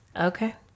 Okay